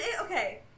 okay